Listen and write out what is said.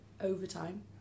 overtime